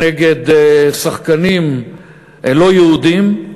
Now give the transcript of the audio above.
נגד שחקנים לא-יהודים.